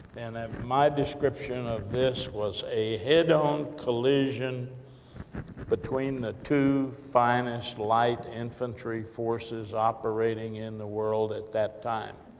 and my description of this was a head-on collision between the two finest, light infantry forces, operating in the world, at that time.